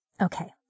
Okay